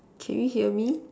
can you hear me